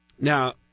Now